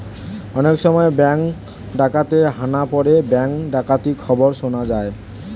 অনেক সময় ব্যাঙ্কে ডাকাতের হানা পড়ে ব্যাঙ্ক ডাকাতির খবর শোনা যায়